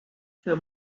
für